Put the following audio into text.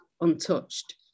untouched